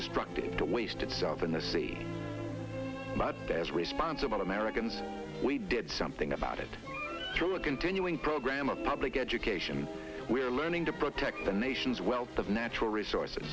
destructive to waste itself in the sea but as responsible americans we did something about it through a continuing program of public education we are learning to protect the nation's wealth of natural resources